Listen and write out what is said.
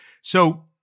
So-